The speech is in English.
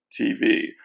TV